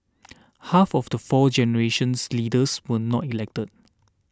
half of the fourth generations leaders were not elected